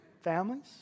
families